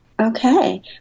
Okay